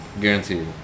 guaranteed